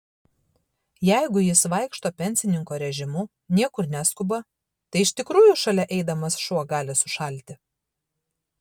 jeigu jis vaikšto pensininko režimu niekur neskuba tai iš tikrųjų šalia eidamas šuo gali sušalti